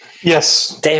Yes